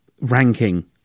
ranking